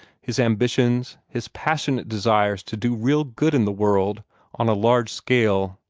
his ambitions, his passionate desires to do real good in the world on a large scale,